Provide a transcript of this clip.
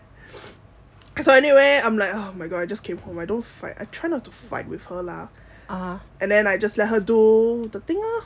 cause anyway I'm like oh my god I just came home I don't fight I try not to fight with her lah and then I just let her do the thing lor